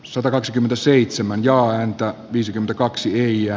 satakaksikymmentäseitsemän ja alentaa viisikymmentäkaksi ja